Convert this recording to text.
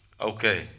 Okay